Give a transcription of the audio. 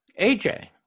AJ